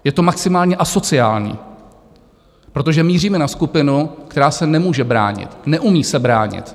Je to maximálně asociální, protože míříme na skupinu, která se nemůže bránit, neumí se bránit.